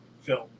film